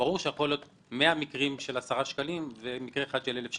ברור שיכולים להיות 100 מקרים של 10 שקלים ומקרה אחד של 1,000 שקל.